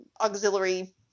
auxiliary